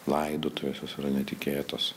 laidotuvės visada netikėtos